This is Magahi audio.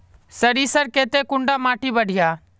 सरीसर केते कुंडा माटी बढ़िया?